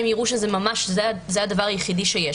אם יראו שזה הדבר היחיד שיש.